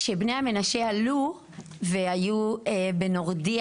כשבני המנשה עלו והיו בנורדיה,